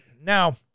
Now